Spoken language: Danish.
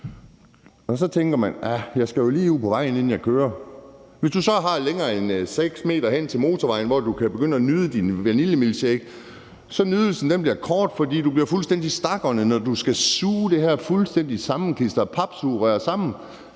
og så tænker man, at man jo lige skal ud på vejen, inden man kører. Hvis man så har længere end 6 m til motorvejen, hvor man kan begynde at nyde sin milkshake, bliver nydelsen kort. For du bliver fuldstændig stakåndet, når du skal suge af det her fuldstændig sammenklistrede papsugerør,